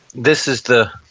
this is the